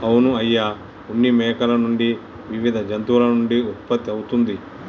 అవును అయ్య ఉన్ని మేకల నుండి వివిధ జంతువుల నుండి ఉత్పత్తి అవుతుంది